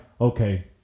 okay